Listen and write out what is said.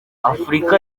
afurika